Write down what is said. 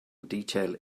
detail